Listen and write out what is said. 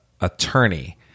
attorney